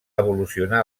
evolucionar